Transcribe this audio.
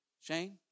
Shane